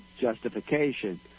justification